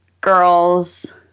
girls